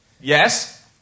Yes